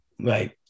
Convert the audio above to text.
Right